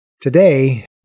Today